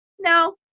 no